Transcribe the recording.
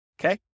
Okay